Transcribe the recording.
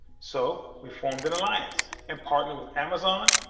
so we formed an alliance and partnered with amazon,